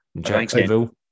Jacksonville